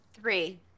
Three